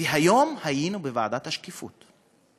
והיום היינו בוועדת השקיפות.